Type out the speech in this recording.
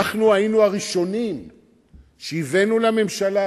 אנחנו היינו הראשונים שהבאנו לממשלה